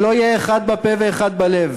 שלא יהיה אחד בפה ואחד בלב.